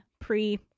pre